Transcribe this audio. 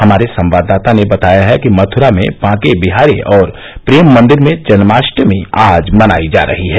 हमारे संवाददाता ने बताया है कि मथुरा में बांके बिहारी और प्रेम मंदिर में जन्माष्टमी आज मनाई जा रही है